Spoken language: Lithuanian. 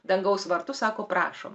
dangaus vartus sako prašom